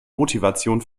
motivation